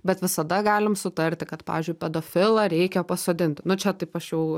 bet visada galim sutarti kad pavyzdžiui pedofilą reikia pasodinti nu čia taip aš jau